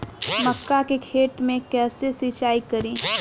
मका के खेत मे कैसे सिचाई करी?